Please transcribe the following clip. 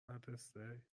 مدرسه